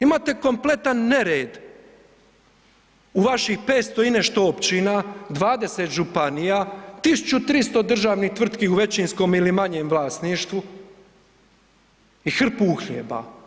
Imate kompletan nered u vaših 500 i nešto općina, 20 županija, 1300 državnih tvrtki u većinskom ili manjem vlasništvu i hrpu uhljeba.